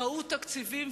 ראו תקציבים,